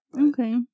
Okay